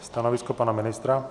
Stanovisko pana ministra?